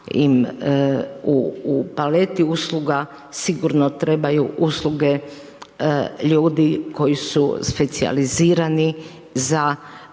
im u paleti usluga sigurno trebaju usluge ljudi koji su specijalizirani za